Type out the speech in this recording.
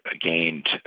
gained